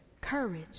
courage